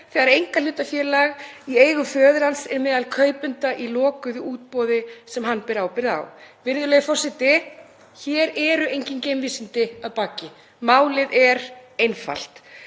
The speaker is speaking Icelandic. þegar einkahlutafélag í eigu föður hans er meðal kaupenda í lokuðu útboði sem hann ber ábyrgð á. Virðulegur forseti. Hér eru engin geimvísindi að baki. Málið er einfalt.